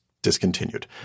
discontinued